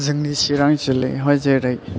जोंनि चिरां जिल्लायावहाय जेरै